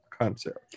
concept